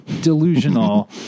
delusional